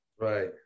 Right